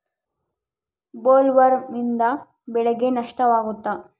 ಬೊಲ್ವರ್ಮ್ನಿಂದ ಬೆಳೆಗೆ ನಷ್ಟವಾಗುತ್ತ?